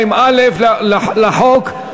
לחוק,